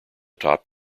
top